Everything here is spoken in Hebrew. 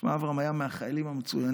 תשמע, אברהם היה מהחיילים המצוינים,